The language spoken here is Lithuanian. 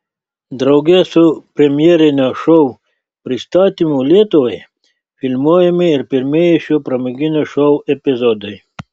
drauge su premjerinio šou pristatymu lietuvai filmuojami ir pirmieji šio pramoginio šou epizodai